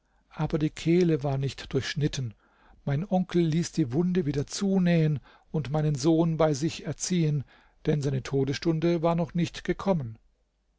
aber die kehle war nicht durchschnitten mein onkel ließ die wunde wieder zunähen und meinen sohn bei sich erziehen denn seine todesstunde war noch nicht gekommen